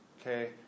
okay